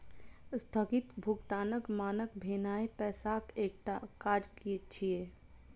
स्थगित भुगतानक मानक भेनाय पैसाक एकटा काज छियै